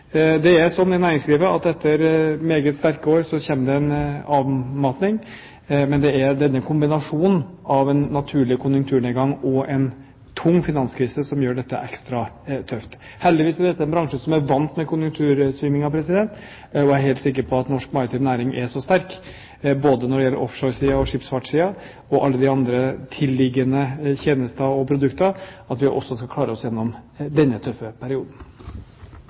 Det er sånn i næringslivet at etter meget sterke år kommer det en avmatting, men det er denne kombinasjonen av en naturlig konjunkturnedgang og en tung finanskrise som gjør dette ekstra tøft. Heldigvis er dette en bransje som er vant med konjunktursvingninger, og jeg er helt sikker på at norsk maritim næring er så sterk både når det gjelder offshoresiden og skipsfartssiden og alle de andre tilliggende tjenester og produkter, at vi også skal klare oss gjennom denne tøffe perioden.